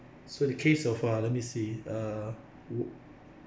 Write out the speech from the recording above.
so the case of uh let me see uh